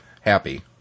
happy